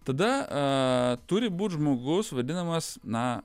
tada a turi būt žmogus vadinamas na